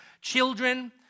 children